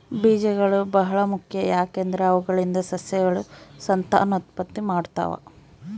ಬೀಜಗಳು ಬಹಳ ಮುಖ್ಯ, ಯಾಕಂದ್ರೆ ಅವುಗಳಿಂದ ಸಸ್ಯಗಳು ಸಂತಾನೋತ್ಪತ್ತಿ ಮಾಡ್ತಾವ